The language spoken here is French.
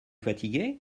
fatigué